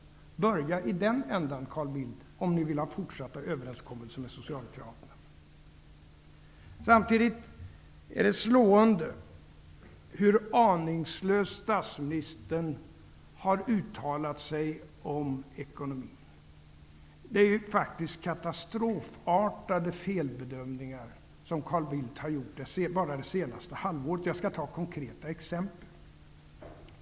Börja i den ändan, Carl Bildt, om ni vill träffa fortsatta överenskommelser med socialdemokraterna. amtidigt är det slående hur aningslöst statsministern har uttalat sig om ekonomin. Det är faktiskt katastrofala felbedömningar som Carl Bildt har gjort bara det senaste halvåret. Jag skall ta några konkreta exempel.